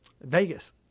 Vegas